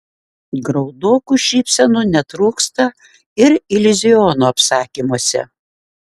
graudokų šypsenų netrūksta ir iliuziono apsakymuose